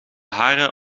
haren